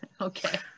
Okay